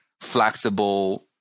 flexible